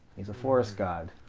he's a forest god.